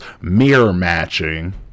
mirror-matching